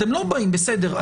בסדר,